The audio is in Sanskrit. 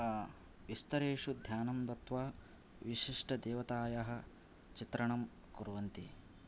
विस्तरेषु ध्यानं दत्वा विशिष्ट देवतायाः चित्रणं कुर्वन्ति